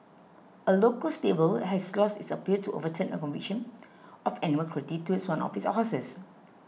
a local stable has lost its appeal to overturn a conviction of animal cruelty towards one of its horses